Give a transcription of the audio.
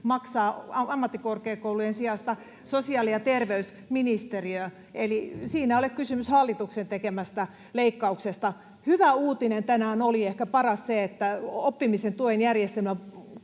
maksaa ammattikorkeakoulujen sijasta sosiaali- ja terveysministeriö. Eli siinä ei ole kysymys hallituksen tekemästä leikkauksesta. Hyvä uutinen, ehkä paras, oli tänään se, että oppimisen tuen järjestelmän